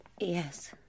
Yes